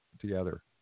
together